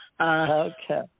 Okay